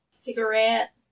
Cigarette